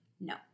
No